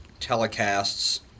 telecasts